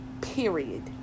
Period